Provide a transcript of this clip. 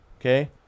okay